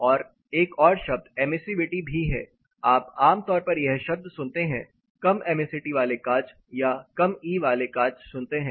और एक और शब्द एमिसीवीटी भी है आप आमतौर पर यह शब्द सुनते हैं कम एमिसीवीटी वाले कांच या कम ई वाले कांच सुनते हैं